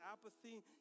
apathy